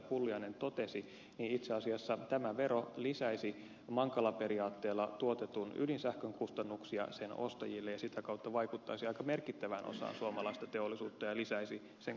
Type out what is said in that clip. pulliainen totesi itse asiassa tämä vero lisäisi mankala periaatteella tuotetun ydinsähkön kustannuksia sen ostajille ja sitä kautta vaikuttaisi aika merkittävään osaan suomalaista teollisuutta ja lisäisi sen kustannuksia